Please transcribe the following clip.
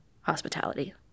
hospitality